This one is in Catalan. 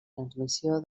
transmissió